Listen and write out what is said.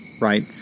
right